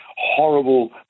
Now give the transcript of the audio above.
horrible